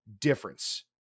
difference